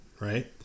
right